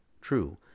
True